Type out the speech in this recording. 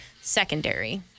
secondary